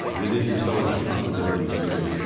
and it is the seller's responsibility to,